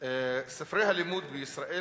ספרי הלימוד בישראל,